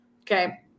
okay